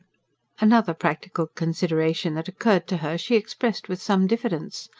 another practical consideration that occurred to her she expressed with some diffidence.